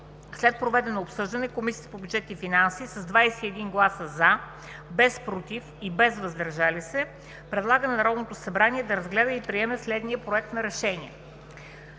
След проведено обсъждане Комисията по бюджет и финанси с 21 гласа „за”, без „против” и „въздържали се” предлага на Народното събрание да разгледа и приеме следния Проект за решение: